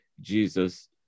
Jesus